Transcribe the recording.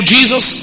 Jesus